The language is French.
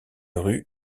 rue